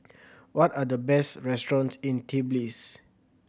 what are the best restaurants in Tbilisi